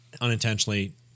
unintentionally